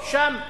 שם.